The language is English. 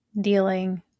dealing